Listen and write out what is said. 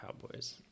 Cowboys